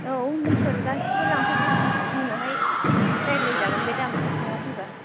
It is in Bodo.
औ मिसल गासिखौबो लांफैदो उनावहाय रायलाय जागोन बे दामा न'आव फैबा